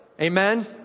Amen